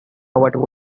covered